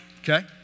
okay